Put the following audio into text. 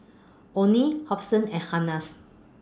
Onie Hobson and